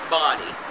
body